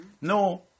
No